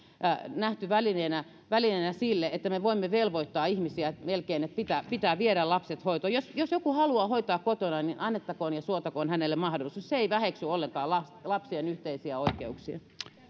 nähty välineenä välineenä sille että me voimme melkein velvoittaa ihmisiä siihen että pitää viedä lapset hoitoon jos joku haluaa hoitaa kotona niin annettakoon ja suotakoon hänelle mahdollisuus se ei väheksy ollenkaan lapsien yhteisiä oikeuksia